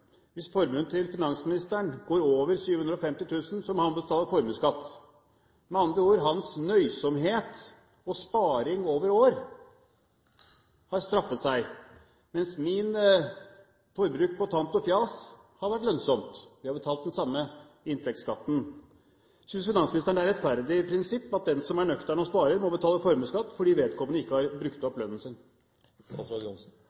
Hvis formuen til finansministeren går over 750 000 kr, kommer vi i en situasjon der han må betale formuesskatt. Da har med andre ord hans nøysomhet og sparing over år straffet seg, mens mitt forbruk på tant og fjas har vært lønnsomt. Vi har betalt den samme inntektsskatten. Synes finansministeren det er et rettferdig prinsipp at den som er nøktern og sparer, må betale formuesskatt fordi vedkommende ikke har brukt